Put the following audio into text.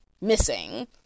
missing